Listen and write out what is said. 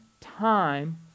time